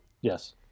yes